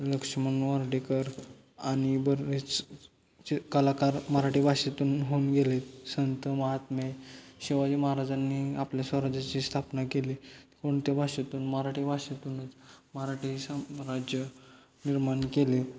लक्ष्मण मर्ढेकर आणि बरेच कलाकार मराठी भाषेतून होऊन गेले संत महात्मे शिवाजी महाराजांनी आपल्या स्वराज्याची स्थापना केली कोणत्या भाषेतून मराठी भाषेतूनच मराठी साम्राज्य निर्माण केले